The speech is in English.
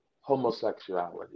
homosexuality